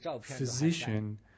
physician